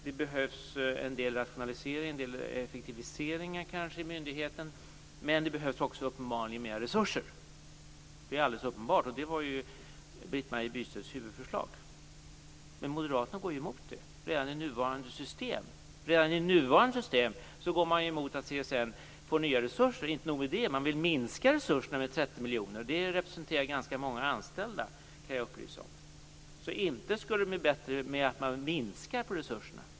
Det behövs en del rationaliseringar och kanske en effektivisering av myndigheten, men det behövs uppenbarligen också mer resurser. Det är alldeles uppenbart. Det var Britt Marie Bystedts huvudförslag. Men moderaterna går ju emot det. Redan i nuvarande system går man emot att CSN får nya resurser. Inte nog med det, man vill minska resurserna med 30 miljoner. Det representerar ganska många anställda, kan jag upplysa om. Inte skulle det bli bättre genom att man minskar resurserna.